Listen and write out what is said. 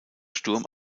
sturm